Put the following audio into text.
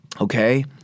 Okay